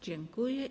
Dziękuję.